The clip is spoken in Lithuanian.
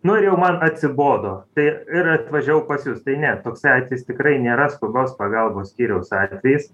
nu ir jau man atsibodo tai ir atvažiavau pas jus tai ne toksai atvejis tikrai nėra skubios pagalbos skyriaus atvejis